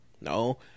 no